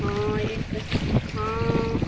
हँ ई तऽ हँ